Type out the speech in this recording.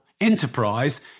enterprise